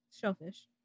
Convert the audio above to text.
Shellfish